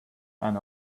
and